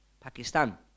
Pakistan